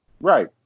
right